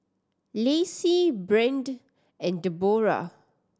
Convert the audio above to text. Lacy Brandt and Debora